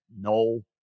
No